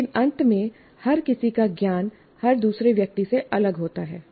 लेकिन अंत में हर किसी का ज्ञान हर दूसरे व्यक्ति से अलग होता है